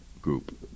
group